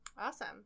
awesome